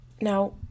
Now